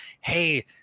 Hey